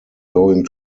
going